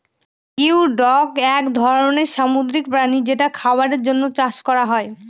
geoduck এক ধরনের সামুদ্রিক প্রাণী যেটা খাবারের জন্য চাষ করা হয়